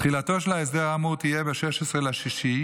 תחילתו של ההסדר האמור תהיה ב-16 ביוני,